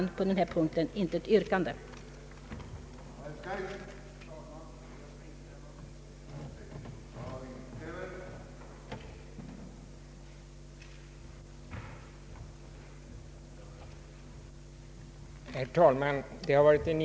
Jag har därför, herr talman, inget yrkande på denna punkt.